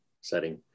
setting